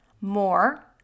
more